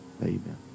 Amen